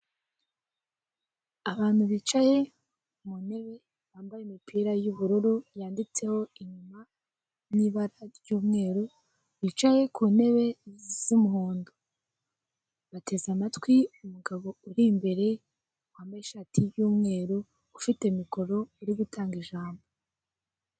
Abantu bicaye mu ntebe bambaye imipira y'ubururu yanditseho inyuma n'ibara ry'umweru, bicaye ku ntebe zisa umuhondo bateze amatwi umugabo uri imbere wambaye ishati y'umweru ufite mikoro iri gutanga ijambo.